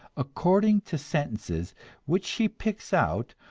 according to sentences which she picks out,